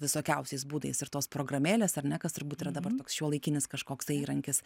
visokiausiais būdais ir tos programėlės ar ne kas turbūt yra dabar toks šiuolaikinis kažkoks tai įrankis